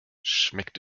schmeckt